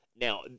Now